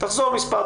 תחזור עם מספר,